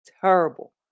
terrible